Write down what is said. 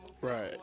Right